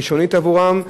ראשונית עבורם,